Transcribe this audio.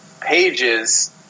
pages